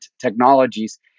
technologies